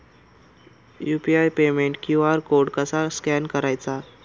UPI पेमेंटचा QR code कसा scan करायचा?